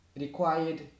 required